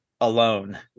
alone